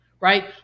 right